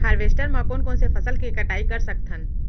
Harvester म कोन कोन से फसल के कटाई कर सकथन?